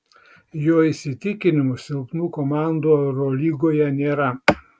jo įsitikinimu silpnų komandų eurolygoje nėra